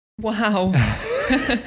wow